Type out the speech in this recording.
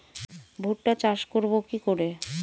ভুট্টা চাষ করব কি করে?